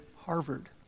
Harvard